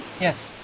Yes